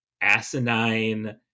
asinine